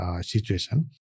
situation